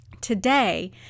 Today